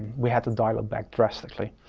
we had to dial it back drastically.